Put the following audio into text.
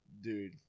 dude